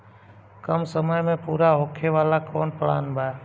कम समय में पूरा होखे वाला कवन प्लान बा?